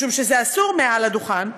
משום שזה אסור מעל הדוכן,